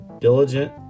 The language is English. diligent